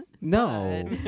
No